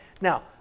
Now